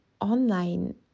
online